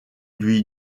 lui